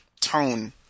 tone